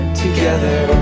together